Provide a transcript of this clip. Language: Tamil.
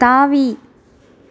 தாவி